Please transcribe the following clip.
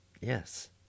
Yes